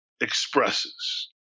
expresses